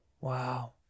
Wow